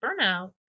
burnout